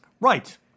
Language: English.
Right